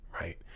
right